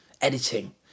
editing